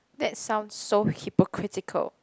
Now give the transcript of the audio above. that sounds so hypocritical